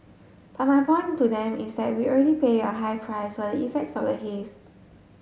but my point to them is that we already pay a high price for the effects of the haze